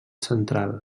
central